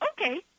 okay